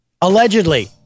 Allegedly